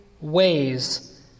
ways